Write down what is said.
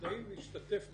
הטכנאי משתתף בטיסה,